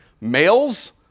Males